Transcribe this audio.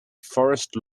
forest